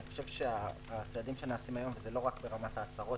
אני חושב שהצעדים שנעשים היום הם לא רק ברמת ההצהרות,